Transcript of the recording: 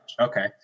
Okay